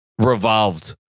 revolved